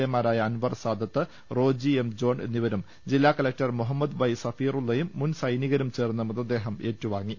A മാരായ Anwar Sadath Roji M John എന്നിവരും ജില്ലാകലക്ടർ മുഹ മ്മദ് വൈ സഫീറുള്ളയും മുൻസൈനികരും ചേർന്ന് മൃതദേഹം ഏറ്റുവാങ്ങി